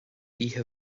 oíche